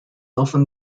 often